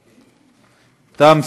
נתקבלה.